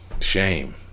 shame